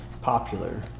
popular